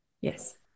Yes